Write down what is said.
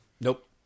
Nope